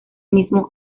mismo